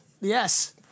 Yes